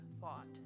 thought